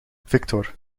victor